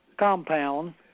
compound